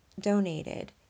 donated